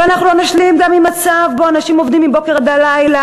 אבל אנחנו לא נשלים גם עם מצב שבו אנשים עובדים מהבוקר עד הלילה,